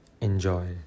Enjoy